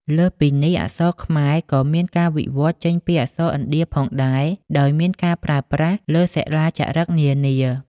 លើសពីនេះ អក្សរខ្មែរក៏មានការវិវត្តន៍ចេញពីអក្សរឥណ្ឌាផងដែរ ដោយមានការប្រើប្រាស់លើសិលាចារឹកនានា។